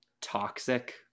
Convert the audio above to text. toxic